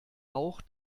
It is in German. auch